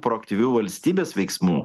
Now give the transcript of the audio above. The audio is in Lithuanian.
proaktyvių valstybės veiksmų